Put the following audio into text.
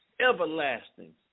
Everlasting